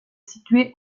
située